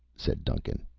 said duncan.